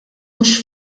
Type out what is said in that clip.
mhux